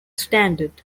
standard